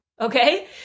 Okay